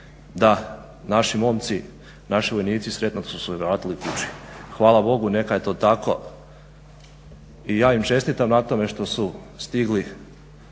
Da, naši momci, naši vojnici sretno su se vratili kući. Hvala Bogu neka je to tako i ja im čestitam na tome što su stigli